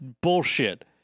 bullshit